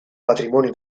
patrimonio